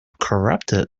corrupted